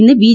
ഇന്ന് ബി